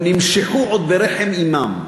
נמשחו עוד ברחם אמם.